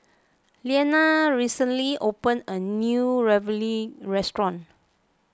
Liliana recently opened a new Ravioli restaurant